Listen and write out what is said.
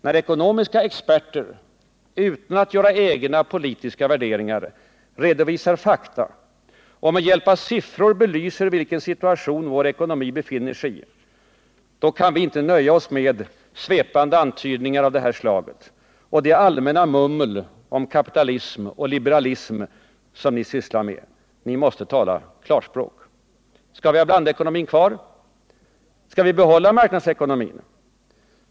När ekonomiska experter, utan att göra egna personliga värderingar, redovisar fakta och med hjälp av siffror belyser vilken situation vår ekonomi befinner sig i, då kan vi inte nöja oss med svepande antydningar av detta slag och det allmänna mummel om kapitalism och liberalism, som ni sysslar med. Ni måste tala klarspråk. Skall vi ha blandekonomin kvar? Skall vi behålla marknadsekonomin?